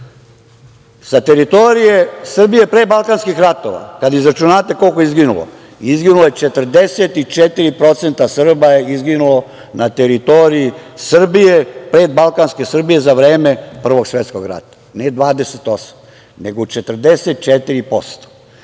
teritorije Srbije pre balkanskih ratova, kad izračunate koliko je izginulo, 44% Srba je izginulo na teritoriji Srbije, pred balkanske Srbije za vreme Prvog svetskog rata, ne 28%, nego 44%.